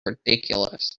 ridiculous